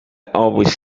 always